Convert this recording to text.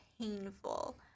painful